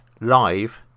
live